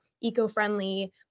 eco-friendly